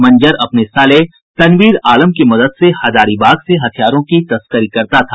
मंजर अपने साले तनवीर आलम की मदद से हजारीबाग से हथियारों की तस्करी करता था